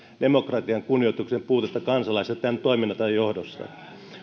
demokratian kunnioituksen puutetta kansalaisissa tämän toimintanne johdosta